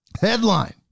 Headline